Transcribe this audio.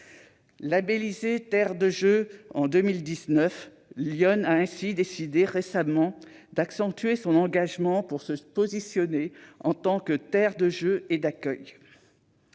Labélisée « Terre de Jeux 2024 » en 2019, l'Yonne a ainsi décidé récemment d'accentuer son engagement pour se positionner en tant que terre de jeux et d'accueil.